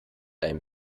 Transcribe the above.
ein